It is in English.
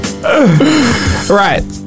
Right